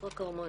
בבקשה.